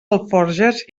alforges